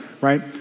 right